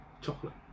Chocolate